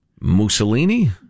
Mussolini